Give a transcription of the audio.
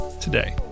today